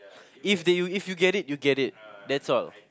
if they if you get it you get it that's all